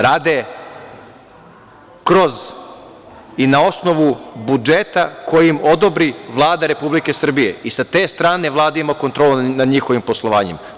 Rade kroz i na osnovu budžeta koji im odobri Vlada Republike Srbije i sa te strane Vlada ima kontrolu nad njihovim poslovanjem.